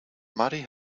marty